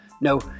No